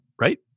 Right